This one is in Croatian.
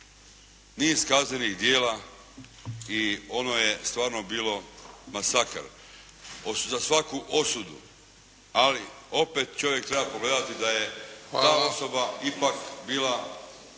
niz kaznenih djela i ono je stvarno bilo masakr, za svaku osudu. Ali opet čovjek treba pogledati da je ta osoba ipak bila